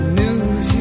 news